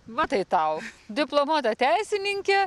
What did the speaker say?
va tai tau diplomuota teisininkė